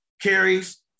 carries